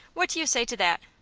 what do you say to that?